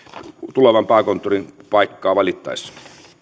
tulevan pääkonttorin paikkaa valittaessa